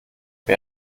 wer